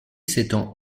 s’étend